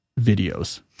videos